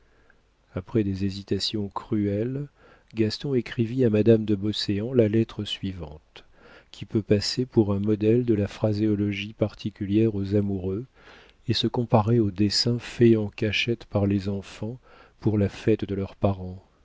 après des hésitations cruelles gaston écrivit à madame de beauséant la lettre suivante qui peut passer pour un modèle de la phraséologie particulière aux amoureux et se comparer aux dessins faits en cachette par les enfants pour la fête de leurs parents